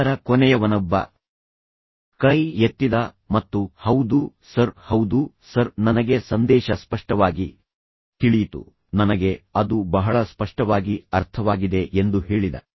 ನಂತರ ಕೊನೆಯವನೊಬ್ಬ ಕೈ ಎತ್ತಿದ ಮತ್ತು ಹೌದು ಸರ್ ಹೌದು ಸರ್ ನನಗೆ ಸಂದೇಶ ಸ್ಪಷ್ಟವಾಗಿ ತಿಳಿಯಿತು ನನಗೆ ಅದು ಬಹಳ ಸ್ಪಷ್ಟವಾಗಿ ಅರ್ಥವಾಗಿದೆ ಎಂದು ಹೇಳಿದ